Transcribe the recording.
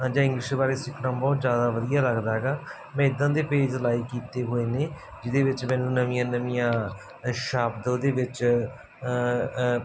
ਜਾਂ ਇੰਗਲਿਸ਼ ਬਾਰੇ ਸਿਖਣਾ ਬਹੁਤ ਜ਼ਿਆਦਾ ਵਧੀਆ ਲੱਗਦਾ ਹੈਗਾ ਮੈਂ ਇੱਦਾਂ ਦੇ ਪੇਜ ਲਾਈਕ ਕੀਤੇ ਹੋਏ ਨੇ ਜਿਹਦੇ ਵਿੱਚ ਮੈਨੂੰ ਨਵੇਂ ਨਵੇਂ ਸ਼ਬਦ ਓਹਦੇ ਵਿੱਚ